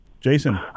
Jason